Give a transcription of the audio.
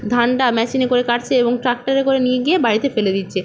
ধানটা মেশিনে করে কাটছে এবং ট্র্যাক্টরে করে নিয়ে গিয়ে বাড়িতে ফেলে দিচ্ছে